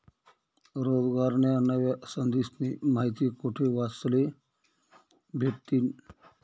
रोजगारन्या नव्या संधीस्नी माहिती कोठे वाचले भेटतीन?